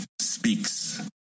speaks